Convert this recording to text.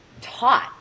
taught